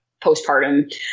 postpartum